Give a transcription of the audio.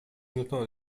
nutrono